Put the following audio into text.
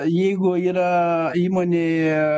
jeigu yra įmonėj